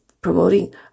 promoting